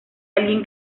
alguien